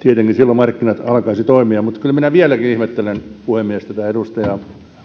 tietenkin silloin markkinat alkaisivat toimia mutta kyllä minä vieläkin ihmettelen puhemies tätä edustaja